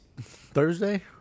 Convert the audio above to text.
Thursday